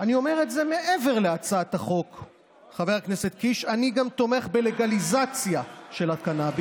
המטרה שלנו חייבת להיות להעלות את קצבת הזקנה לשכר